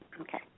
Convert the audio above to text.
Okay